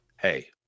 hey